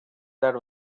that